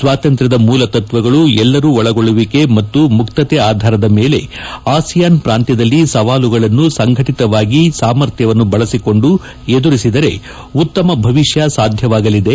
ಸ್ವಾತಂತ್ರ್ವ ಮೂಲತತ್ವಗಳು ಎಲ್ಲರೂ ಒಳಗೊಳ್ಳುವಿಕೆ ಮತ್ತು ಮುಕ್ತತೆ ಆಧಾರದ ಮೇಲೆ ಆಸಿಯಾನ್ ಪ್ರಾಂತ್ವದಲ್ಲಿ ಸವಾಲುಗಳನ್ನು ಸಂಘಟಿತವಾಗಿ ಸಾಮರ್ಥ್ಯವನ್ನು ಬಳಸಿಕೊಂಡು ಎದುರಿಸಿದರೆ ಉತ್ತಮ ಭವಿಷ್ನ ಸಾಧ್ಯವಾಗಲಿದೆ